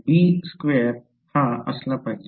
तर b square हा असला पाहिजे